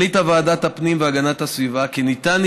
החליטה ועדת הפנים והגנת הסביבה כי ניתן